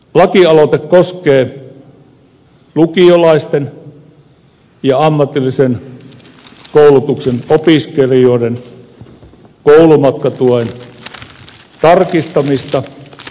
lakialoite koskee lukiolaisten ja ammatillisen koulutuksen opiskelijoiden koulumatkatuen tarkistamista